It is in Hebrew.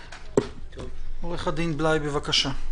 עו"ד בליי, בבקשה.